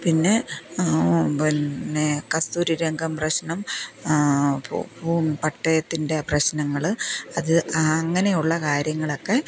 പിന്നെ പിന്നെ കസ്തൂരിരംഗൻ പ്രശ്നം ഭൂമി പട്ടയത്തിൻ്റെ പ്രശ്നങ്ങൾ അത് അങ്ങനെയുള്ള കാര്യങ്ങളൊക്കെ